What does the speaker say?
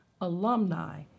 alumni